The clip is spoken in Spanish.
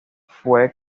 fue